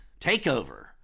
takeover